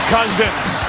Cousins